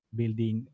building